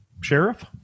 sheriff